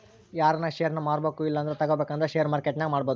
ಯಾರನ ಷೇರ್ನ ಮಾರ್ಬಕು ಇಲ್ಲಂದ್ರ ತಗಬೇಕಂದ್ರ ಷೇರು ಮಾರ್ಕೆಟ್ನಾಗ ಮಾಡ್ಬೋದು